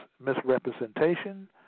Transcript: misrepresentation